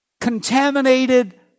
contaminated